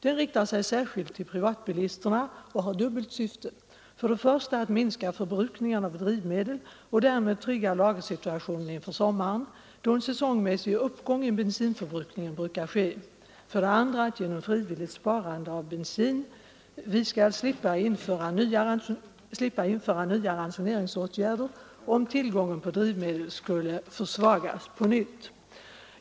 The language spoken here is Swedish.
Den riktar sig särskilt till privatbilisterna och har dubbelt syfte: för det första att minska förbrukningen av drivmedel och därmed trygga lagersituationen inför sommaren, då en säsongmässig uppgång i bensinförbrukningen brukar ske, och för det andra att genom frivilligt sparande av bensin slippa införa nya ransoneringsåtgärder, om tillgången på drivmedel skulle på nytt försvagas.